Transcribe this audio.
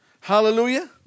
Hallelujah